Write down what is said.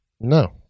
No